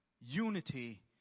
unity